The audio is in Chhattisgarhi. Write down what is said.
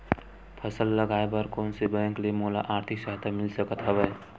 फसल लगाये बर कोन से बैंक ले मोला आर्थिक सहायता मिल सकत हवय?